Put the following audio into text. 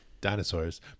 dinosaurs